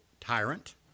tyrant